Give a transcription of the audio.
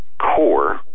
core